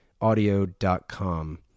audio.com